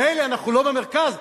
מילא, אנחנו לא במרכז.